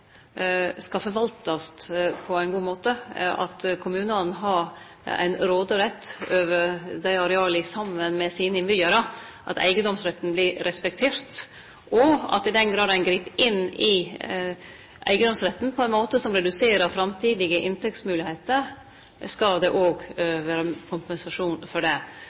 skal forvaltast på ein god måte, at kommunane har råderett over dei areala saman med sine innbyggjarar, at eigedomsretten vert respektert, og at i den grad ein grip inn i eigedomsretten på ein måte som reduserer framtidige inntektsmoglegheiter, skal det vere kompensasjon for det.